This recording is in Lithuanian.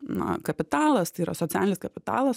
na kapitalas tai yra socialinis kapitalas